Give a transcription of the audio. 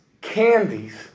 candies